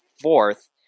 fourth